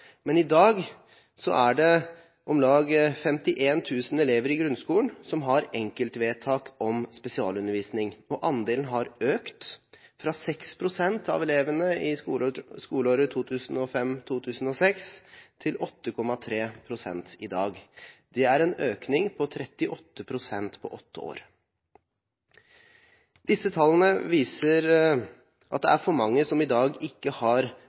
Men i dag er det om lag 51 000 elever i grunnskolen som har enkeltvedtak om spesialundervisning, og andelen har økt fra 6 pst. av elevene i skoleåret 2005–2006 til 8,3 pst. i dag. Det er økning på 38 pst. på 8 år. Disse tallene viser at det er for mange som i dag ikke har